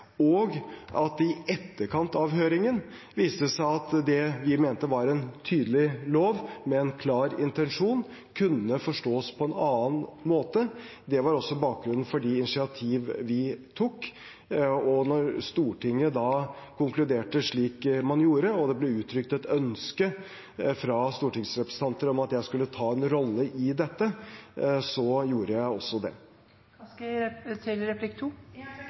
og i etterkant av høringen viste det seg at det vi mente var en tydelig lov med en klar intensjon, kunne forstås på en annen måte. Det var også bakgrunnen for de initiativene vi tok. Når Stortinget da konkluderte slik man gjorde, og det ble uttrykt et ønske fra stortingsrepresentanter om at jeg skulle ta en rolle i dette, gjorde jeg det. Takk for svaret. Slik jeg ser det,